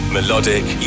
Melodic